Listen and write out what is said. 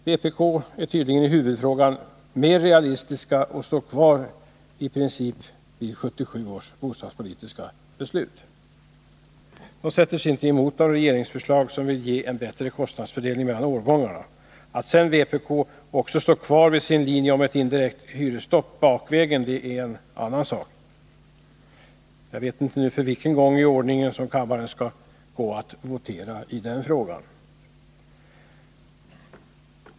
Vpk är tydligen i huvudfrågan mer realistiskt och står i princip kvar vid 1977 års bostadspolitiska beslut. Man sätter sig inte emot de regeringsförslag som syftar till en bättre kostnadsfördelning mellan årgångarna. Att sedan vpk också står kvar vid sin linje när det gäller ett indirekt hyresstopp bakvägen är en annan sak. Jag vet inte för vilken gång i ordningen kammaren nu skall gå att votera i den frågan.